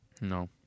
No